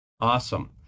awesome